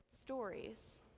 stories